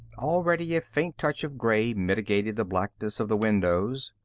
already a faint touch of gray mitigated the blackness of the windows.